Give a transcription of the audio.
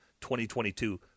2022